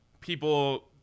people